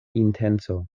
intenco